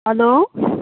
hello